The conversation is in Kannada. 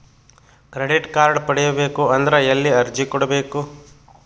ಕ್ರೆಡಿಟ್ ಕಾರ್ಡ್ ಪಡಿಬೇಕು ಅಂದ್ರ ಎಲ್ಲಿ ಅರ್ಜಿ ಕೊಡಬೇಕು?